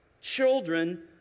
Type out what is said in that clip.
children